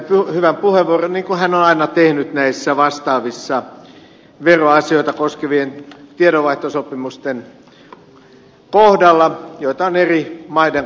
pulliainen käytti hyvän puheenvuoron niin kuin hän on aina tehnyt vastaavien veroasioita koskevien tiedonvaihtosopimusten kohdalla joita on eri maiden kanssa tehty